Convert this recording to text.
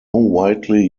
widely